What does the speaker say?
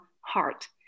heart